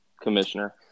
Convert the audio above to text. Commissioner